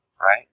Right